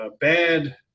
bad